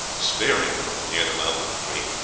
sparingly near the mouth of the creek,